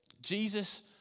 Jesus